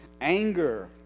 anger